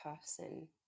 person